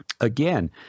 again